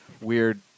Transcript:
weird